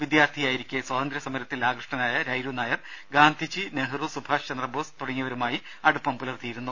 വിദ്യാർഥിയായിരിക്കെ സ്വാതന്ത്ര്യ സമരത്തിൽ ആകൃഷ്ടനായ രൈരു നായർ ഗാന്ധിജി നെഹ്റു സുഭാഷ് ചന്ദ്രബോസ് തുടങ്ങിയവരുമായി അടുപ്പം പുലർത്തിയിരുന്നു